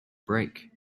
break